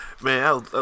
Man